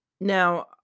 Now